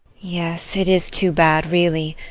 yes, it is too bad, really.